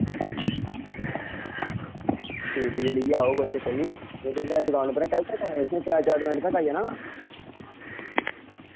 ठीक ऐ ठीक ऐ लेइयै आओ कोई चक्कर नि इद्धर मैं दुकान उप्पर ऐं कैलू तक आना तुसैं त्रै चार मैंट तक आई जाना ना